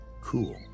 cool